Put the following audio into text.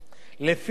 על כל הסכום,